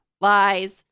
Lies